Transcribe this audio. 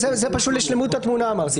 זה בקיים, אמרתי את זה בשביל שלמות התמונה.